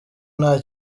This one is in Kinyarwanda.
nta